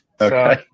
Okay